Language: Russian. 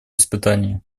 испытания